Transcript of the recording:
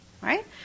Right